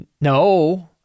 no